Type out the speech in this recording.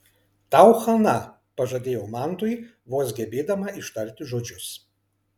tau chana pažadėjau mantui vos gebėdama ištarti žodžius